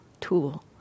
tool